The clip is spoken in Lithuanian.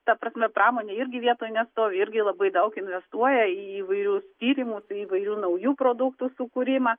ta prasme pramonė irgi vietoj nestovi irgi labai daug investuoja į įvairius tyrimus įvairių naujų produktų sukūrimą